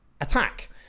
attack